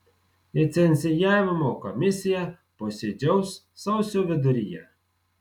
licencijavimo komisija posėdžiaus sausio viduryje